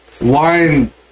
line